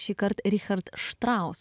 šįkart richard štraus